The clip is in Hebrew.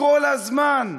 כל הזמן,